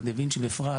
ועל דה וינצ'י בפרט,